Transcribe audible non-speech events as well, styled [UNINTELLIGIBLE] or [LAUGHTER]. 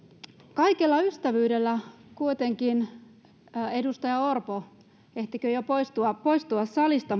kaikella ystävyydellä kuitenkin edustaja orpo ehtikö jo poistua poistua salista [UNINTELLIGIBLE]